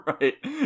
Right